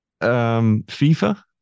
FIFA